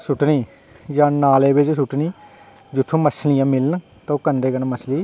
सुट्टनी जां नालै बिच सुट्टनी जित्थां मछलियां मिलन ते ओह् कंडै कन्नै मछली